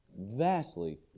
vastly